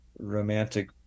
romantic